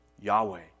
Yahweh